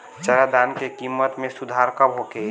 चारा दाना के किमत में सुधार कब होखे?